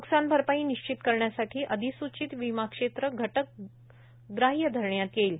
नुकसान भरपाई निश्चित करण्यासाठी अधिसूचित विमा क्षेत्र घटक ग्राहय धरण्यात येईल